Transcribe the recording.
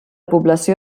població